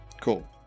Cool